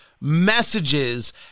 messages